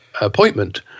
Appointment